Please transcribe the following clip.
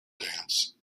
dance